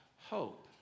hope